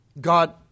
God